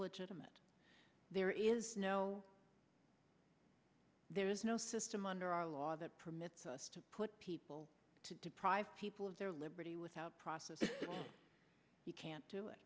legitimate there is no there is no system under our law that permits us to put people to deprive people of their liberty without process you can't do it